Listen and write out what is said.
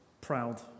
proud